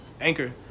Anchor